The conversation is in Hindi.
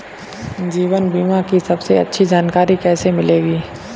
जीवन बीमा की सबसे अच्छी जानकारी कैसे मिलेगी?